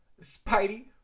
Spidey